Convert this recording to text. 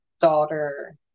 daughter